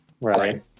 right